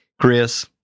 Chris